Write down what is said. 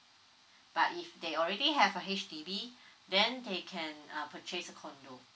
but if they already have a H_D_B then they can uh purchase condo